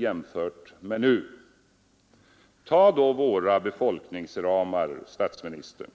Jämför då, herr statsminister,